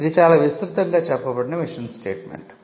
ఇది చాలా విస్తృతంగా చెప్పబడిన మిషన్ స్టేట్మెంట్